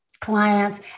Clients